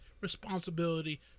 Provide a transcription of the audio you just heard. responsibility